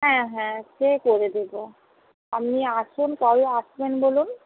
হ্যাঁ হ্যাঁ সে করে দেবো আপনি আসুন কবে আসবেন বলুন